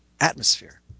atmosphere